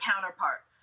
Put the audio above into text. counterpart